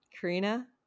Karina